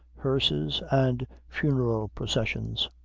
hearses, and funeral processions,